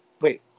Wait